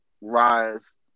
rise